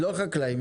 לא חקלאים,